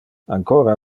ancora